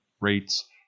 rates